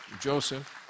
Joseph